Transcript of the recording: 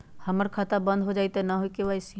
हमर खाता बंद होजाई न हुई त के.वाई.सी?